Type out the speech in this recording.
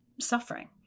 suffering